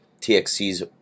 TXC's